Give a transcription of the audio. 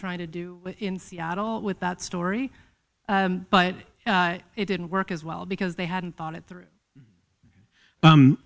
trying to do in seattle with that story but it didn't work as well because they hadn't thought it through